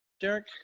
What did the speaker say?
Derek